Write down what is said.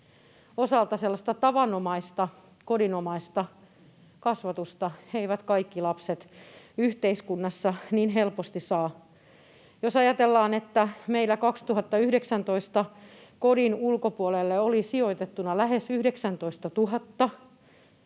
osalta sellaista tavanomaista, kodinomaista kasvatusta eivät kaikki lapset yhteiskunnassa niin helposti saa. Jos ajatellaan, että meillä 2019 kodin ulkopuolelle oli sijoitettuna lähes 19 000